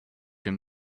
him